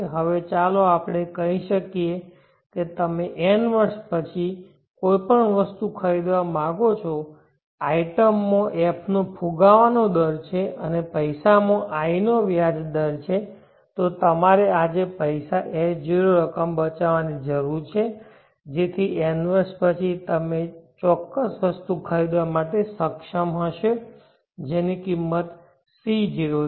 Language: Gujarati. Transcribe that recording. હવે ચાલો આપણે કહી દઈએ કે તમે n વર્ષ પછી કોઈ વસ્તુ ખરીદવા માંગો છો આઇટમમાં f નો ફુગાવાનો દર છે અને પૈસામાં i નો વ્યાજ દર છે તો તમારે આજે પૈસાની S0 રકમ બચાવવાની જરૂર છે જેથી n વર્ષ પછી તમે આ ચોક્કસ વસ્તુ ખરીદવા માટે સક્ષમ હશે જેની કિંમત આજે C0 છે